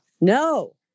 No